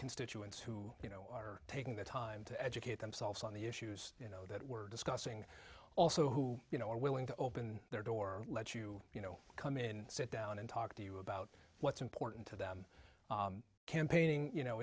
constituents who you know are taking the time to educate themselves on the issues you know that we're discussing also who you know are willing to open their door let you you know come in sit down and talk to you about what's important to them campaigning you